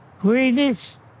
greatest